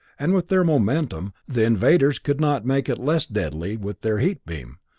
and with their momentum, the invaders could not make it less deadly with their heat beam,